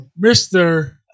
Mr